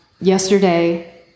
yesterday